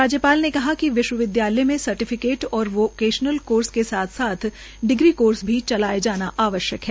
राज्यपाल ने कहा कि विश्वविद्यालय में सर्टिफिकेट और वोकेशनल कोर्सों के साथ साथ डिग्री कोर्स भी चलाए जाने आवश्यक हैं